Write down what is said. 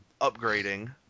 upgrading